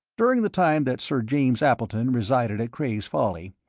during the time that sir james appleton resided at cray's folly,